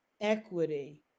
equity